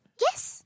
Yes